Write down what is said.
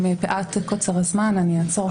מפאת קוצר הזמן אני אעצור כאן.